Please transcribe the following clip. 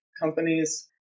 companies